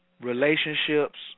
relationships